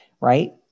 right